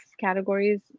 categories